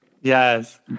Yes